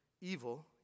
evil